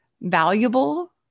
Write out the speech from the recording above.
valuable